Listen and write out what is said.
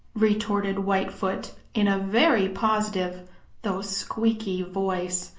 retorted whitefoot in a very positive though squeaky voice.